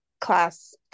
class